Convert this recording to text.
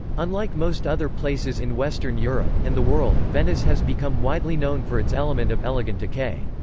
unlike most other places in western europe, and the world, venice has become widely known for its element of elegant decay.